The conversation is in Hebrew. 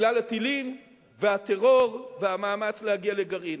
בגלל הטילים והטרור והמאמץ להגיע לגרעין.